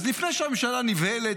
אז לפני שהממשלה נבהלת,